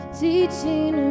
teaching